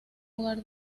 hogar